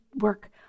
work